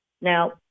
Now